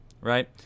right